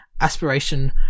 Aspiration